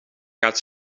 gaat